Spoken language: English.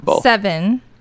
seven